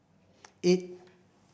eight